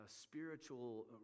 spiritual